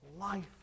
life